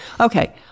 Okay